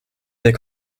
der